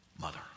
mother